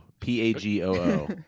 P-A-G-O-O